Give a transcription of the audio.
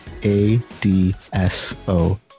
ADSO